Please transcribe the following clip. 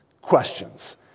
questions